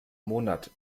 monat